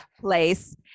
place